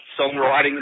songwriting